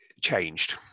changed